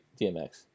DMX